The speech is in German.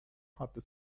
hatte